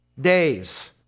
days